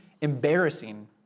embarrassing